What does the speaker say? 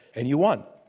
and you won.